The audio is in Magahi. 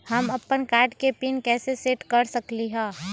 हम अपन कार्ड के पिन कैसे सेट कर सकली ह?